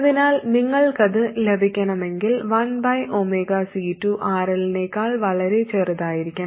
അതിനാൽ നിങ്ങൾക്കത് ലഭിക്കണമെങ്കിൽ 1C2 RL നേക്കാൾ വളരെ ചെറുതായിരിക്കണം